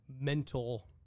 mental